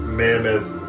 mammoth